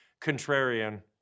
contrarian